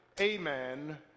Amen